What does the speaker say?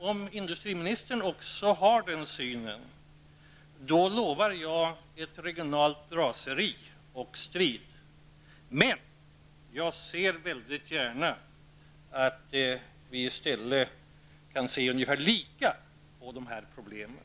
Om industriministern också har den uppfattningen, lovar jag att det kommer att bli ett regionalt raseri och en strid. Jag skulle i stället gärna vilja att vi kunde ha ungefär samma syn på de här problemen.